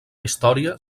història